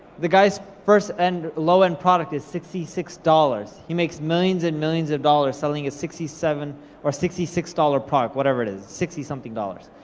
the guys first and low-end product is sixty six dollars. he makes millions and millions of dollars selling a sixty seven or sixty six dollars product, whatever it is, sixty something dollars,